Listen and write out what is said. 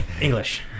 English